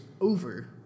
over